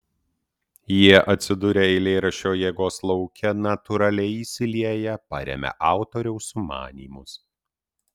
jie atsidūrę eilėraščio jėgos lauke natūraliai įsilieja paremia autoriaus sumanymus